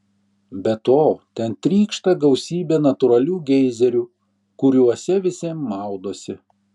be to ten trykšta gausybė natūralių geizerių kuriuose visi maudosi